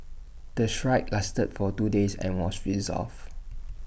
the strike lasted for two days and was resolved